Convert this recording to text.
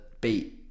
beat